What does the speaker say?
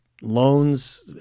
loans